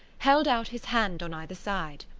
held out his hand on either side.